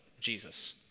Jesus